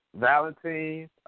Valentine